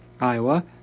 Iowa